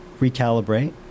recalibrate